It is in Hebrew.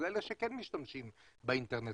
לאלה שכן משתמשים באינטרנט.